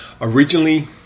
originally